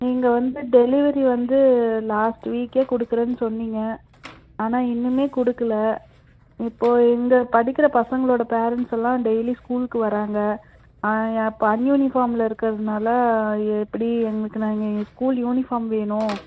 நீங்கள் வந்து டெலிவரியை வந்து லாஸ்ட் வீக்கே கொடுக்குறேன்னு சொன்னீங்க ஆனால் இன்னுமே கொடுக்குல இப்போது இந்த படிக்கிற பசங்களோட பேரெண்ட்ஸ் எல்லாம் டெய்லி ஸ்கூலுக்கு வராங்க அப்போ அன்யூனிஃபார்மில் இருக்கிறதுனால எப்படி எங்களுக்கு நாங்கள் எங்கள் ஸ்கூல் யூனிஃபார்ம் வேணும்